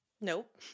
Nope